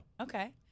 Okay